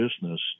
business